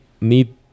need